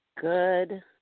good